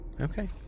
Okay